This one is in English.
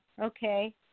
okay